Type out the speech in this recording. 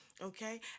okay